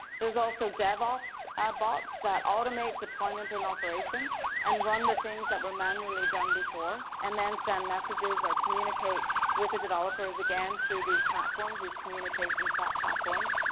there's also devops bots that automate deployment and operation and run the things that were manually done before and then send messages or communicate with the developer's again through these platforms, these communication chat platforms,